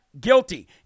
guilty